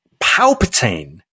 Palpatine